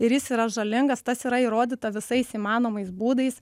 ir jis yra žalingas tas yra įrodyta visais įmanomais būdais